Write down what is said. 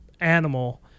animal